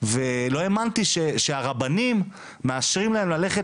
ולא האמנתי שהרבנים מאשרים להם ללכת